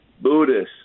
buddhist